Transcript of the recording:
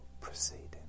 proceeding